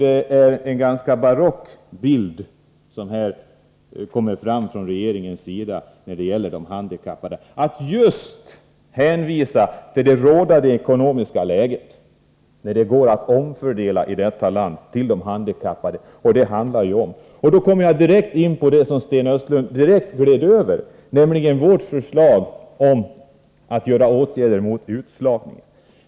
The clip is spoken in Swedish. Det är en ganska befängd bild som här målas upp av regeringens inställning till de handikappade. Regeringen hänvisar alltså till det rådande ekonomiska läget, när det går att i detta land omfördela till de handikappades förmån — och det är vad det handlar om. Därmed kommer jag in på det som Sten Östlund direkt gled över på, nämligen vårt förslag om åtgärder mot utslagningen.